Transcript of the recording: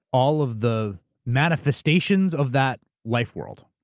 all of the manifestations of that life world.